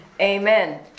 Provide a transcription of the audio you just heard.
Amen